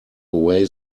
away